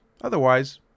Otherwise